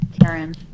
Karen